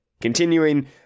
Continuing